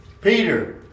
Peter